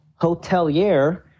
hotelier